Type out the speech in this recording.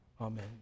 Amen